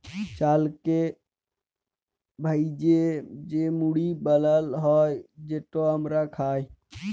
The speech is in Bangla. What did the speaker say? চালকে ভ্যাইজে যে মুড়ি বালাল হ্যয় যেট আমরা খাই